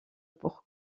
pour